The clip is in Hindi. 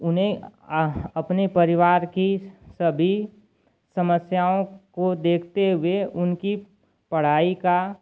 उन्हें अपने परिवार की सभी समस्याओं को देखते हुए उनकी पढ़ाई का